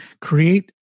Create